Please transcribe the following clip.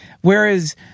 Whereas